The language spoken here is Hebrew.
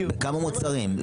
כמה מוצרים?